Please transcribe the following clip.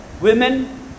Women